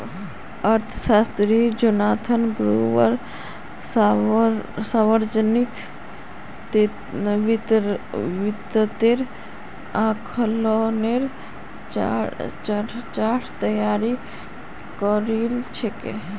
अर्थशास्त्री Jonathan Gruber सावर्जनिक वित्तेर आँकलनेर ढाँचा तैयार करील छेक